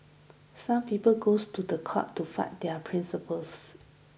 some people goes to court to fight their principles